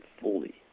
fully